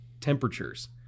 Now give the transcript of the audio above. temperatures